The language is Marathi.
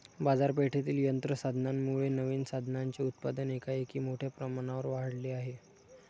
बाजारपेठेतील यंत्र साधनांमुळे नवीन साधनांचे उत्पादन एकाएकी मोठ्या प्रमाणावर वाढले आहे